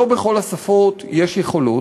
לא בכל השפות יש יכולות.